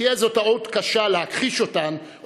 תהיה זו טעות קשה להכחיש אותן,